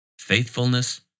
faithfulness